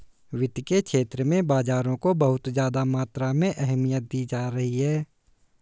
वित्त के क्षेत्र में बाजारों को बहुत ज्यादा मात्रा में अहमियत दी जाती रही है